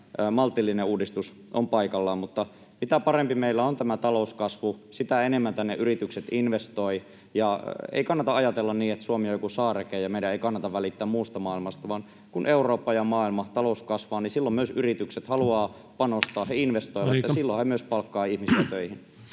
maltillinen uudistus on paikallaan. Mutta mitä parempi meillä on talouskasvu, sitä enemmän tänne yritykset investoivat. Ei kannata ajatella niin, että Suomi on joku saareke ja meidän ei kannata välittää muusta maailmasta, vaan kun Euroopan ja maailman talous kasvaa, silloin myös yritykset haluavat panostaa. [Puhemies: Aika!] He investoivat, ja silloin he myös palkkaavat ihmisiä töihin.